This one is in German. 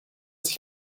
sich